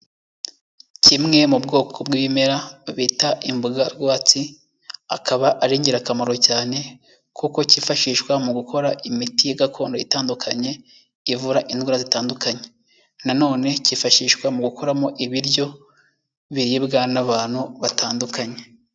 Kimwe mu bwoko bw'ibimera bita imbogarwatsi, akaba ari ingirakamaro cyane kuko cyifashishwa mu gukora imiti gakondo itandukanye ivura indwara zitandukanye, na none cyifashishwa mu gukora ibiryo biribwa n'abantu batandukanye.